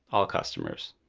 all customers.